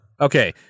Okay